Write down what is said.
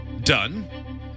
done